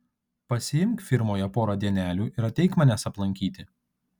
pasiimk firmoje porą dienelių ir ateik manęs aplankyti